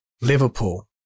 Liverpool